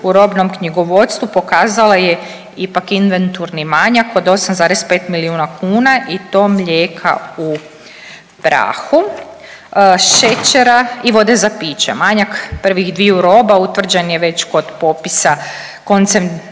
u robnom knjigovodstvu pokazala je ipak inventurni manjak od 8,5 milijuna kuna i to mlijeka u prahu, šećera i vode za piće. Manjak prvih dviju roba utvrđen je već kod popisa koncem